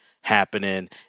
happening